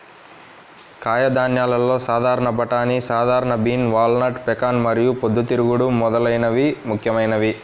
కాయధాన్యాలలో సాధారణ బఠానీ, సాధారణ బీన్, వాల్నట్, పెకాన్ మరియు పొద్దుతిరుగుడు మొదలైనవి ముఖ్యమైనవి